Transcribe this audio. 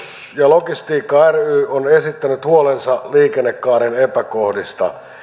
ja logistiikka ry on esittänyt huolensa liikennekaaren epäkohdista